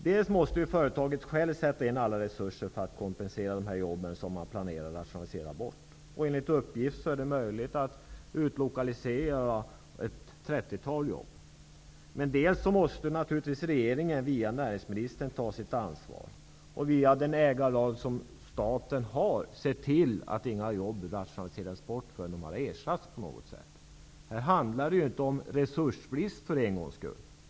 Dels måste företaget själv sätta in alla resurser för att kompensera de jobb, som man planerar att rationalisera bort -- enligt uppgift är det möjligt att utlokalisera ett 30-tal jobb --, dels måste naturligtvis regeringen via näringsministern ta sitt ansvar och via den ägarlag som staten har se till att inga jobb rationaliseras bort förrän de på något sätt har ersatts. Det handlar för en gångs skull inte om resursbrist.